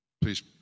Please